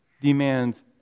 demands